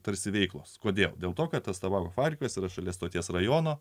tarsi veiklos kodėl dėl to kad tavo partijos yra šalia stoties rajono